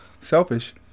Selfish